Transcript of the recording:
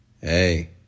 hey